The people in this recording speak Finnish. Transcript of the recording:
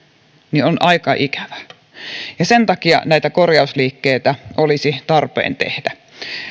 niin on aika ikävää sen takia näitä korjausliikkeitä olisi tarpeen tehdä